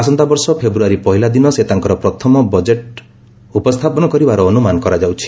ଆସନ୍ତାବର୍ଷ ଫେବୃୟାରୀ ପହିଲା ଦିନ ସେ ତାଙ୍କର ପ୍ରଥମ ବଜେଟ୍ ଉପସ୍ଥାପନ କରିବାର ଅନୁମାନ କରାଯାଉଛି